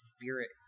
spirit